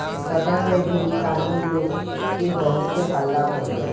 सदन में भी इ कानून के लेके बहुत हल्ला भईल रहे